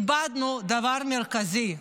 איבדנו דבר מרכזי,